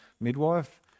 midwife